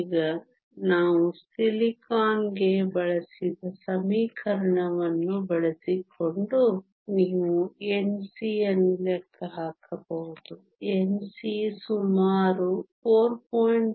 ಈಗ ನಾವು ಸಿಲಿಕಾನ್ಗೆ ಬಳಸಿದ ಸಮೀಕರಣವನ್ನು ಬಳಸಿಕೊಂಡು ನೀವು Nc ಅನ್ನು ಲೆಕ್ಕ ಹಾಕಬಹುದು Nc ಸುಮಾರು 4